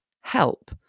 help